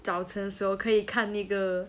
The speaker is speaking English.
早晨 so 可以看那个